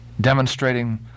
demonstrating